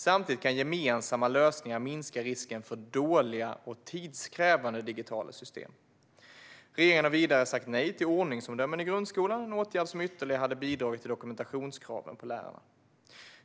Samtidigt kan gemensamma lösningar minska risken för dåliga och tidskrävande digitala system. Regeringen har vidare sagt nej till ordningsomdömen i grundskolan - en åtgärd som ytterligare hade bidragit till dokumentationskraven på lärarna.